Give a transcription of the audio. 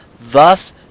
Thus